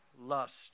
lust